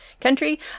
country